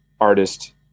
artist